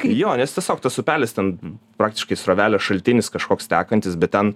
jo nes tiesiog tas upelis ten praktiškai srovelės šaltinis kažkoks tekantis bet ten